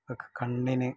കണ്ണിന്